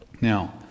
Now